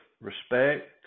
respect